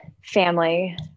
family